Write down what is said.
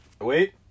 Wait